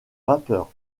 vapeur